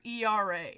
ERA